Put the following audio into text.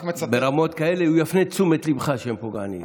ברמות כאלה הוא יפנה את תשומת ליבך שהם פוגעניים.